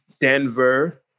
Denver